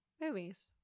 movies